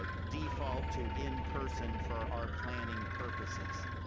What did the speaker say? ah default to in-person for our planning purposes.